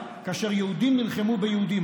במלחמת העולם הראשונה, כאשר יהודים נלחמו ביהודים.